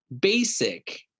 basic